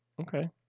Okay